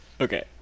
okay